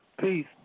Peace